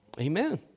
Amen